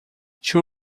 two